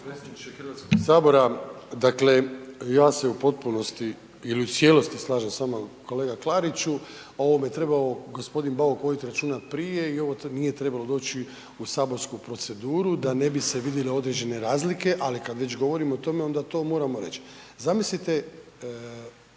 Hrvatskog sabora. Dakle, ja se u potpunosti ili u cijelosti slažem s vama kolega Klariću, o ovome je trebao gospodin Bauk voditi računa prije i ovo nije trebalo doći u saborsku proceduru da ne bi se vidjele određene razlike, ali kad već govorimo o tome onda to moramo reći. Zamislite